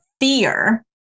fear